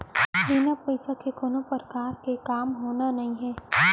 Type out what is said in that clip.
बिन पइसा के कोनो परकार के काम होना नइये